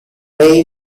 they